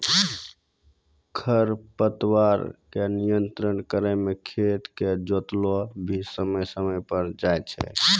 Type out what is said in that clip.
खरपतवार के नियंत्रण करै मे खेत के जोतैलो भी समय समय पर जाय छै